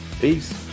Peace